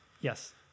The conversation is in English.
Yes